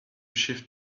shift